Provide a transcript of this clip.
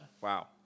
Wow